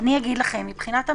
מבחינת הממשלה,